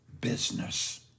business